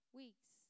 weeks